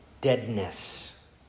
deadness